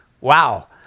Wow